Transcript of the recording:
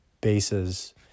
bases